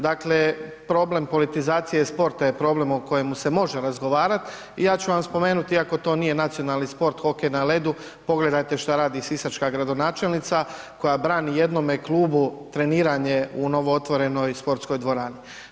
Dakle, problem politizacije sporta je problem o kojemu se može razgovarati i ja ću vam spomenuti iako to nije nacionalni sport, hokej na ledu, pogledajte šta radi sisačka gradonačelnica koja brani jednome klubu treniranje u novootvorenoj sportskoj dvorani.